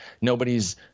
Nobody's